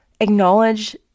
acknowledge